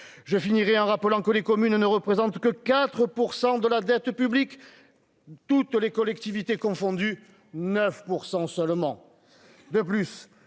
je finirai en rappelant que les communes ne représente que 4 % de la dette publique, toutes les collectivités confondues 9 % seulement de plus,